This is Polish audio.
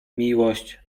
miłość